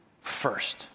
first